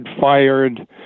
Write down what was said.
fired